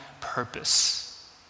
purpose